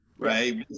Right